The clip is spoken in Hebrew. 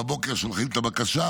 ובבוקר שולחים את הבקשה.